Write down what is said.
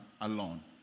alone